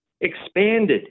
expanded